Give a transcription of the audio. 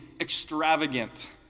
extravagant